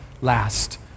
last